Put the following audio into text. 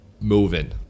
moving